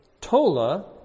Tola